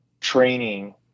training